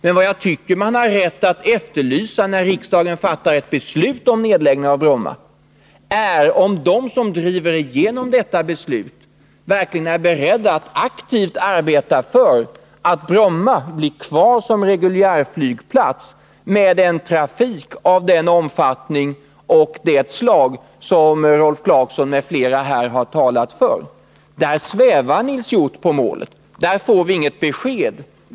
Men vad jag tycker man har rätt att fråga när riksdagen fattar ett beslut om nedläggning av Bromma är om de som driver igenom detta beslut verkligen är beredda att aktivt arbeta för att Bromma blir kvar som reguljärflygplats med en trafik av den omfattning och av det slag som Rolf Clarkson m.fl. här har talat för. Där svävar Nils Hjorth på målet. Där får vi inget besked.